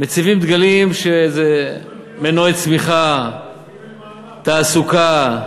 מציבים דגלים, שזה מנועי צמיחה, תעסוקה,